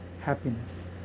happiness